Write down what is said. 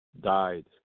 died